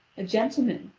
a gentleman,